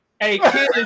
Hey